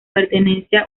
pertenencia